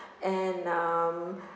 and um